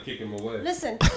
Listen